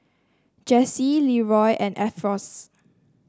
Jessye Leeroy and Alfonse